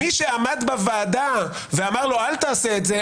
מי שעמד בוועדה ואמר לו אל תעשה את זה,